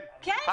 כן, בוודאי.